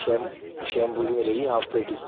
شیم shampoo کی ملے گی ہاف پیٹی